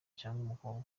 cyangwa